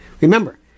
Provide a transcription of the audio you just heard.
Remember